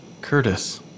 Curtis